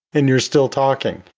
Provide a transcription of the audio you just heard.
and you're still talking.